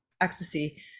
ecstasy